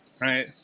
right